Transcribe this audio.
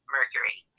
Mercury